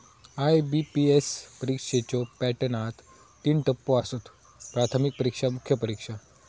IBPS परीक्षेच्यो पॅटर्नात तीन टप्पो आसत, प्राथमिक परीक्षा, मुख्य परीक्षा